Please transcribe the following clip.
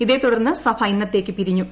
ഇതേ തുടർന്ന് സഭ ഇന്നത്തേക്ക് പിരിഞ്ഞു